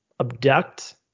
abduct